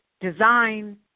design